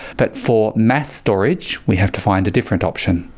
but for mass storage we have to find a different option.